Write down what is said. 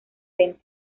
venta